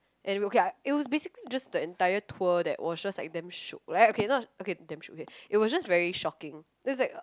and okay I it was basically just the entire tour that was just like damn shiok like okay not damn shiok okay it was just very shocking it was like